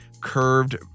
curved